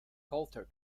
coulter